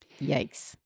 Yikes